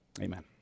Amen